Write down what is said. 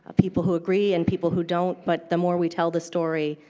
ah people who agree and people who don't. but the more we tell the story,